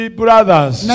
brothers